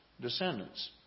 descendants